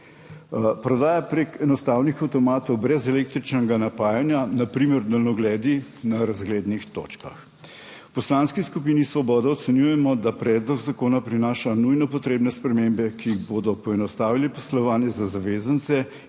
prek enostavnih avtomatov brez električnega napajanja, na primer daljnogledi na razglednih točkah. V Poslanski skupini Svobode ocenjujemo, da predlog zakona prinaša nujno potrebne spremembe, ki bodo poenostavili poslovanje za zavezance